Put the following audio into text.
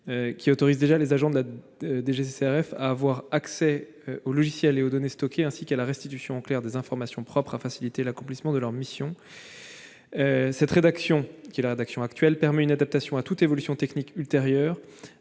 en effet déjà les agents de la DGCCRF à avoir « accès aux logiciels et aux données stockées ainsi qu'à la restitution en clair des informations propres à faciliter l'accomplissement de leurs missions. » Cette rédaction permet une adaptation à toute évolution technique ultérieure,